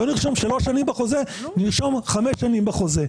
לא נרשום בחוזה "שלוש שנים" נרשום "חמש שנים" בחוזה.